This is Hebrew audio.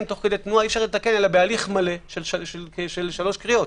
תוך כדי תנועה אלא בהליך מלא של 3 קריאות.